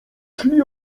szli